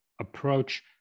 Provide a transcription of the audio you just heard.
approach